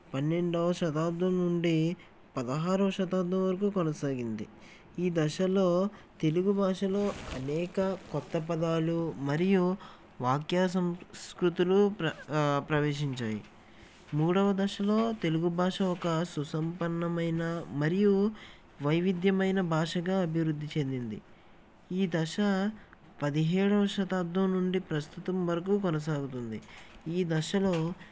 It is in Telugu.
పన్నెండవ శతాబ్దం నుండి పదహారవ శతాబ్దం వరకు కొనసాగింది ఈ దశలో తెలుగు భాషలో అనేక క్రొత్త పదాలు మరియు వాక్యా సంస్కృతులు ప్ర ప్రవేశించాయి మూడవ దశలో తెలుగు భాష ఒక సుసంపన్నమైన మరియు వైవిధ్యమైన భాషగా అభివృద్ధి చెందింది ఈ దశ పదిహేడవ శతాబ్దం నుండి ప్రస్తుతం వరకు కొనసాగుతుంది ఈ దశలో